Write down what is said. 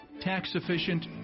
tax-efficient